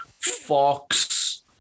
Fox